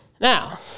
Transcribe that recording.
Now